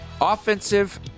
offensive